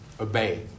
Obey